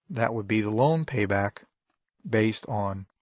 that would be the loan payback based on